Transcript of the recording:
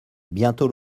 bientôt